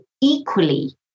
equally